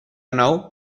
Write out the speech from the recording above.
now